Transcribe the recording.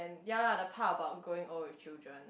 ya lar the part about growing old with children